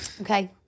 Okay